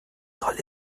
soll